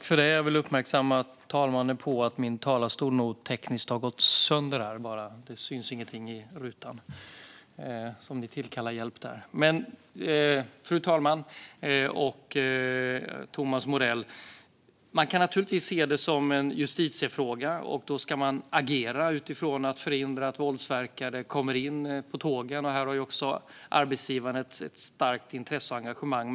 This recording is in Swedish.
Fru talman och Thomas Morell! Man kan naturligtvis se detta som en justitiefråga, och då ska man agera för att förhindra att våldsverkare kommer in på tågen. Här har också arbetsgivaren ett starkt intresse och engagemang.